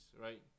right